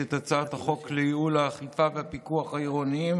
את הצעת חוק לייעול האכיפה והפיקוח העירוניים